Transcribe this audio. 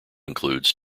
includes